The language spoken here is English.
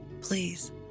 Please